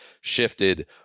shifted